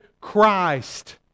Christ